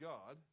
God